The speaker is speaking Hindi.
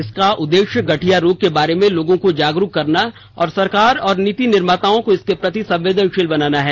इस का उद्देश्य गठिया रोग के बारे में लोगों को जागरूक करना तथा सरकार और नीति निर्माताओं को इसके प्रति संवेदनशील बनाना है